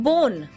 Bone